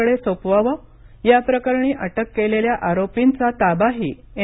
कडे सोपवाव या प्रकरणी अटक केलेल्या आरोपींचा ताबाही एन